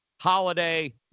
Holiday